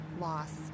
lost